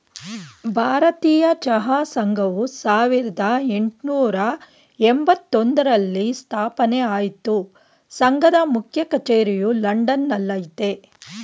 ಭಾರತೀಯ ಚಹಾ ಸಂಘವು ಸಾವಿರ್ದ ಯೆಂಟ್ನೂರ ಎಂಬತ್ತೊಂದ್ರಲ್ಲಿ ಸ್ಥಾಪನೆ ಆಯ್ತು ಸಂಘದ ಮುಖ್ಯ ಕಚೇರಿಯು ಲಂಡನ್ ನಲ್ಲಯ್ತೆ